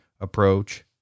approach